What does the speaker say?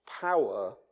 power